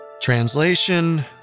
Translation